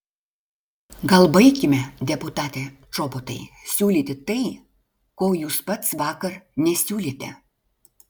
gal baikime deputate čobotai siūlyti tai ko jūs pats vakar nesiūlėte